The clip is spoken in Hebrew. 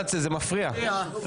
מהפריפריה,